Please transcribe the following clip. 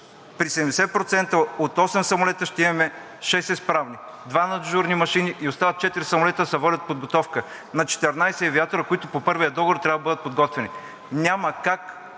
При 70% от осем самолета ще имаме шест изправни – два на дежурни машини и остават четири самолета, за да се води подготовка на 14 авиатори, които по първия договор трябва да бъдат подготвени. Няма как